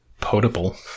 potable